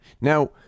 now